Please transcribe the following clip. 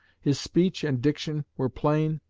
his speech and diction were plain,